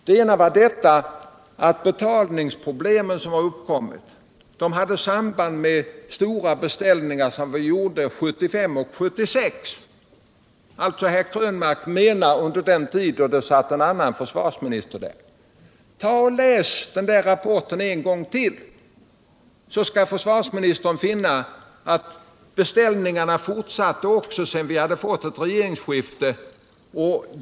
Det ena är försvarsministerns påstående att de betalningsproblem som uppkommit inom armén har samband med stora beställningar som vi gjorde 1975 och 1976. Herr Krönmark menade alltså att de uppkommit under en annan försvarsministers tid. Ta och läs den där rapporten en gång till! Försvarsministern skall då finna att beställningarna fortsatte också sedan vi fått ett regeringsskifte.